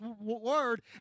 word